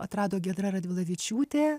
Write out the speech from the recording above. atrado giedra radvilavičiūtė